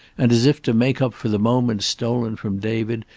and, as if to make up for the moments stolen from david,